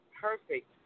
perfect